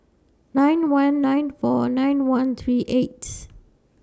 nine one nine four nine one three eights